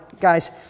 guys